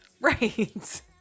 right